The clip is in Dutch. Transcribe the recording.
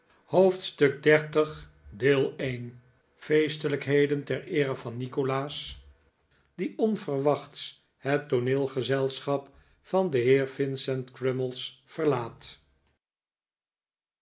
hoofdstuk xxx feestelijkheden ter eere van nikolaas die onverwachts het tooneelgezelschap van den heer vincent crummies verlaat